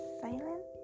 silent